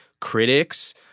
Critics